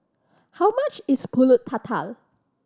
how much is Pulut Tatal